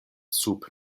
sub